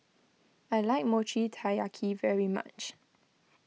I like Mochi Taiyaki very much